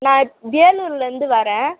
நான் வேலூர்லேருந்து வர்றேன்